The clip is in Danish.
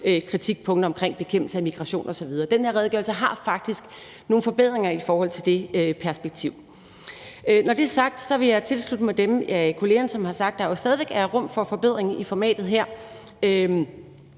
kritikpunkterne omkring bekæmpelse af migration osv. Den her redegørelse har faktisk nogle forbedringer i forhold til det perspektiv. Kl. 16:29 Når det er sagt, vil jeg tilslutte mig dem af kollegerne, som har sagt, at der stadig væk er plads til forbedring i formatet her,